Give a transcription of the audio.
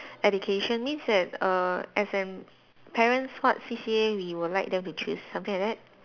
education means that err as in parents what C_C_A we will like them to choose something like that